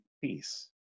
peace